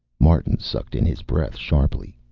martin sucked in his breath sharply.